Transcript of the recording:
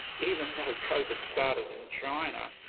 even though that started in china,